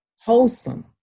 wholesome